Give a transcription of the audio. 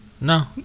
No